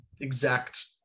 exact